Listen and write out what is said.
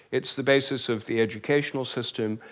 it's the basis of the educational system,